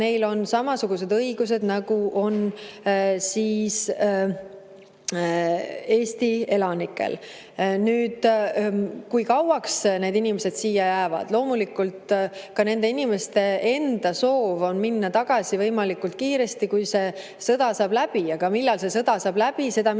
neil on samasugused õigused, nagu on Eesti elanikel. Kui kauaks need inimesed siia jäävad? Loomulikult on ka nende inimeste enda soov minna tagasi võimalikult kiiresti, kui see sõda saab läbi. Aga millal see sõda saab läbi, seda mina